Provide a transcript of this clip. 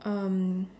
um